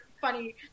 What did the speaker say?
funny